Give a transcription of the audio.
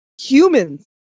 humans